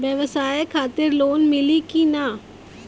ब्यवसाय खातिर लोन मिली कि ना?